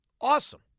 awesome